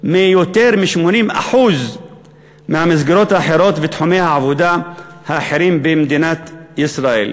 מיותר מ-80% מהמסגרות האחרות ומתחומי העבודה האחרים במדינת ישראל,